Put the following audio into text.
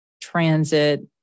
transit